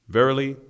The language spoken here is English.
Verily